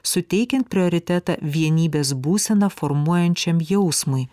suteikiant prioritetą vienybės būseną formuojančiam jausmui